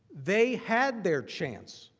they had their chance.